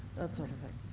that sort of thing.